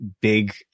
big